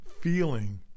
feeling